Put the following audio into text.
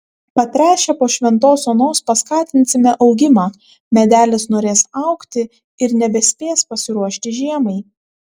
patręšę po šventos onos paskatinsime augimą medelis norės augti ir nebespės pasiruošti žiemai